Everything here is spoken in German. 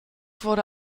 wurde